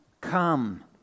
come